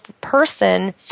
person